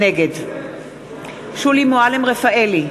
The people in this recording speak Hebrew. נגד שולי מועלם-רפאלי,